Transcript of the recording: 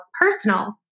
personal